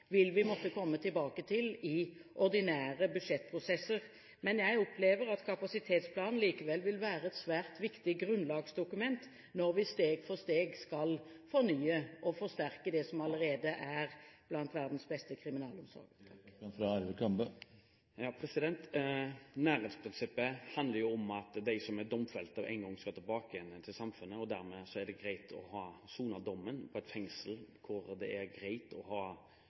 vil vi komme tilbake til i ordinære budsjettprosesser. Men jeg opplever at kapasitetsplanen likevel vil være et svært viktig grunnlagsdokument når vi steg for steg skal fornye og forsterke det som allerede er blant verdens beste kriminalomsorger. Nærhetsprinsippet handler jo om at de som er domfelte, en gang skal tilbake igjen til samfunnet. Dermed er det greit å ha sonet dommen i et fengsel hvor det er greit å ha